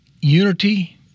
unity